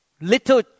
little